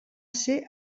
ser